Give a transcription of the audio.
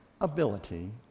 Ability